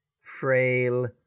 frail